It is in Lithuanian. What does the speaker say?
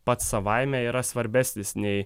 pats savaime yra svarbesnis nei